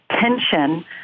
tension